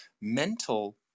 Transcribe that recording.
mental